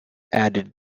added